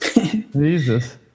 Jesus